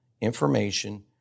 information